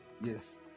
Yes